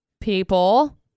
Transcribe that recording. people